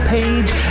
Page